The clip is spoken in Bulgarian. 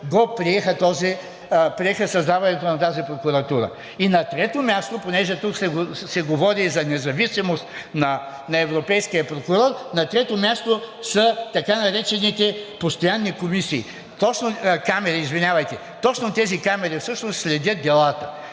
приеха създаването на тази прокуратура. И на трето място, понеже тук се говори за независимост на европейския прокурор, на трето място са така наречените постоянни камари. Точно тези камари всъщност следят делата.